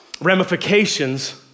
ramifications